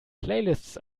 playlists